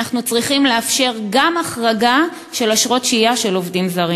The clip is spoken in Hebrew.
אנחנו צריכים לאפשר גם החרגה של אשרות שהייה של עובדים זרים.